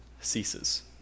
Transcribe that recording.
ceases